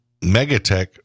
Megatech